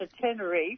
Tenerife